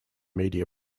media